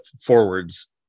forwards